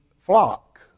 flock